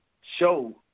show